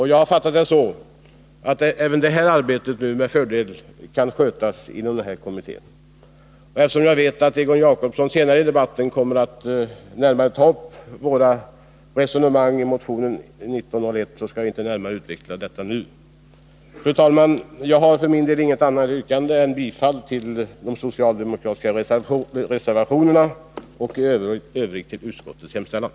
Jag har fattat det så att även detta arbete med fördel kan skötas inom denna kommitté. Eftersom jag vet att Egon Jacobsson senare i debatten kommer att närmare ta upp våra resonemang i motion 1901, skall jag inte närmare utveckla dem nu. Fru talman! Jag har för min del inget annat yrkande än bifall till de socialdemokratiska reservationerna. I övrigt yrkar jag bifall till utskottets hemställan.